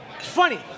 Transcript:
funny